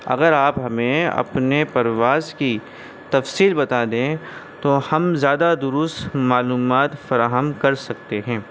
اگر آپ ہمیں اپنے پرواز کی تفصل بتا دیں تو ہم زیادہ درست معلومات فراہم کر سکتے ہیں